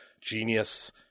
genius